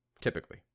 typically